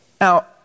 Now